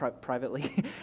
privately